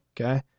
Okay